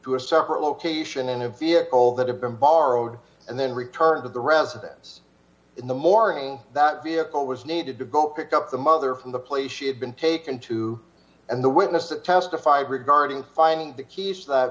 to a separate location in a vehicle that had been borrowed and then returned to the residence in the morning that vehicle was needed to go pick up the mother from the place she had been taken to and the witness to testify briggs find the keys t